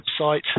website